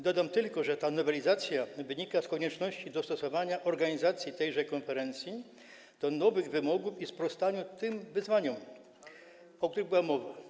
Dodam tylko, że ta nowelizacja wynika z konieczności dostosowania organizacji tejże konferencji do nowych wymogów i sprostaniu tym wyzwaniom, o których była mowa.